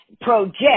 project